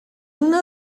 una